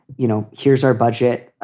you know, here's our budget.